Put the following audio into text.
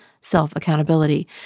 self-accountability